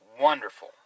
wonderful